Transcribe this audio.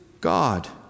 God